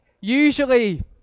usually